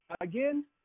again